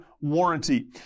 warranty